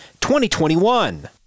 2021